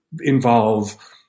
involve